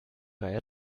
reihe